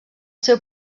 seu